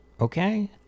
Okay